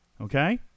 Okay